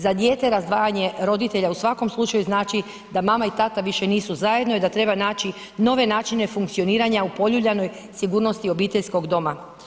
Za dijete razdvajanje roditelja u svakom slučaju znači da mama i tada više nisu zajedno i da treba naći nove načine funkcioniranja u poljuljanoj sigurnosti obiteljskog doma.